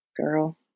Girl